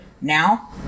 now